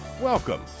Welcome